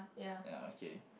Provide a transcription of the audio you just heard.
ya okay